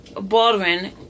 Baldwin